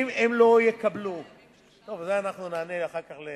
אם הם לא יקבלו, טוב, זה אנחנו נענה אחר כך.